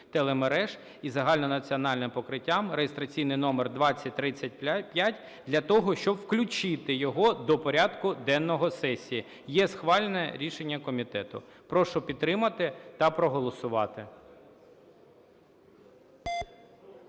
телемереж із загальнонаціональним покриттям (реєстраційний номер 2035) для того, щоб включити його до порядку денного сесії. є схвальне рішення комітету. Прошу підтримати та проголосувати.